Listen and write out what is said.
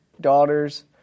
daughters